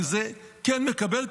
את זה כן נקבל,